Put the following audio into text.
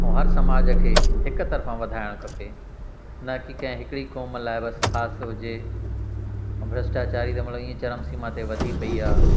ऐं हर समाज खे हिक तरफां वधाइणु खपे न कि कंहिं हिकिड़ी क़ौम लाइ बसि ख़ासि हुजे ऐं भ्रष्टाचारी त मतिलबु हीअं चरम सीमा ते वधी पई आहे